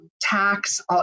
tax